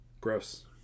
Gross